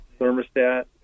thermostat